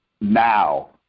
now